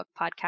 podcast